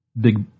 big